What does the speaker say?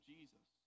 Jesus